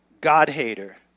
God-hater